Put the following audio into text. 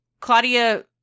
Claudia